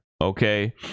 Okay